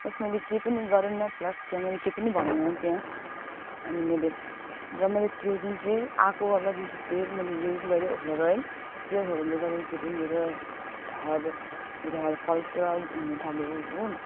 plus मैले केही पनि गरेन प्लस त्यहाँ मैले केही पनि भनेन त्यहाँ अनि मैले र मैले त्यो जुनचाहिँ आएकोवाला जुन चाहिँ तेल मैले युज गरेँ हेयर अइल त्यो हेयर अइलले गर्दाखेरि मेरो हेयर मेरो हेयरफल पुरा हुनुथाल्यो हो